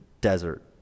desert